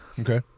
okay